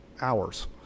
hours